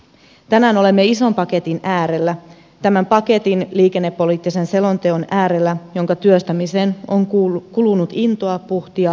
tänään olemme ison paketin äärellä tämän liikennepoliittisen selonteon äärellä jonka työstämiseen on kulunut intoa puhtia hikeä ja tunteja